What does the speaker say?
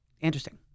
Interesting